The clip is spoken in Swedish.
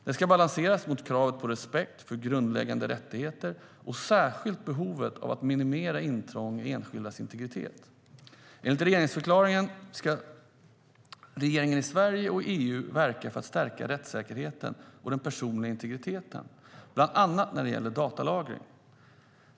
Det ska balanseras mot kravet på respekt för grundläggande rättigheter och särskilt mot behovet att minimera intrång i enskildas integritet. Enligt regeringsförklaringen ska regeringen i Sverige och EU verka för att stärka rättssäkerheten och den personliga integriteten, bland annat när det gäller datalagring.